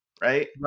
right